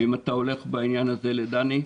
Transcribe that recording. ואם אתה הולך בעניין הזה לדני,